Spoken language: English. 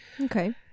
Okay